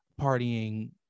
partying